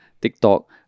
TikTok